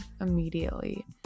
immediately